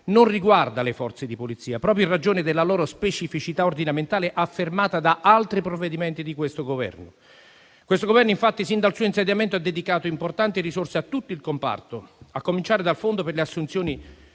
non riguarda le Forze di polizia, proprio in ragione della loro specificità ordinamentale, affermata da altri provvedimenti di questo Governo. Questo Governo, infatti, sin dal suo insediamento ha dedicato importanti risorse a tutto il comparto, a cominciare dal fondo per le assunzioni